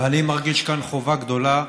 ואני מרגיש כאן חובה גדולה,